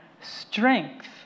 strength